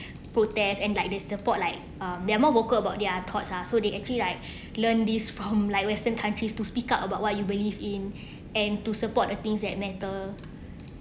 protests and like they support like um they're more vocal about their thoughts ah so they actually like learn this from like western countries to speak up about what you believe in and to support the things that matter